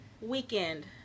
weekend